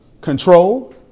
control